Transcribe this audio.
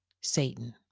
Satan